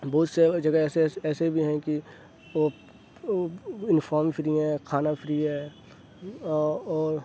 بہت سے جگہ ایسے ایسے بھی ہیں کہ وہ یونیفام فری ہیں کھانا فری ہے اور